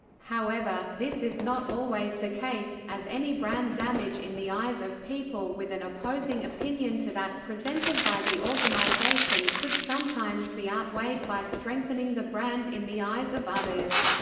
however, this is not always the case, as any brand damage in the eyes of people with an opposing opinion to that presented by the organization could sometimes be outweighed by strengthening the brand in the eyes of others.